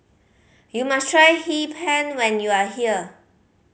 you must try Hee Pan when you are here